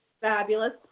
fabulous